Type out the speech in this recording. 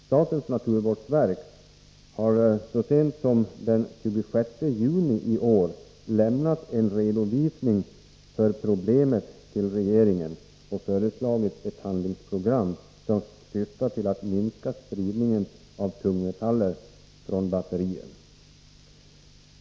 Statens naturvårdsverk har så sent som den 26 juni i år till regeringen lämnat en redovisning av problemet och föreslagit ett handlingsprogram, som syftar till att minska spridningen av tungmetaller genom batterier.